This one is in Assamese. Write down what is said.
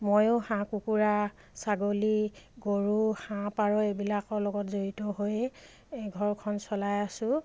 ময়ো হাঁহ কুকুৰা ছাগলী গৰু হাঁহ পাৰ এইবিলাকৰ লগত জড়িত হৈ ঘৰখন চলাই আছোঁ